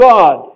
God